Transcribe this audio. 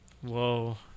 Whoa